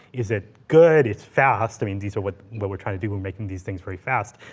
is it good? it's fast. i mean, these are what what we're trying to do. we're making these things very fast.